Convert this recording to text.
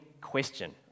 question